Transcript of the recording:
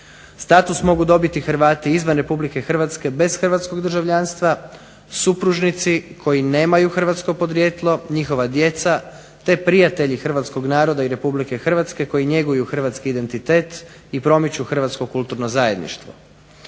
Status mogu dobiti Hrvati izvan Republike Hrvatske bez hrvatskog državljanstva, supružnici koji nemaju hrvatsko podrijetlo, njihova djeca, te prijatelji hrvatskog naroda i Republike Hrvatske koji njeguju hrvatski identitet i promiču hrvatsko kulturno zajedništvo.